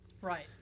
Right